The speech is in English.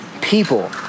people